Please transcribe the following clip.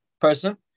person